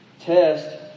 Test